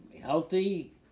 healthy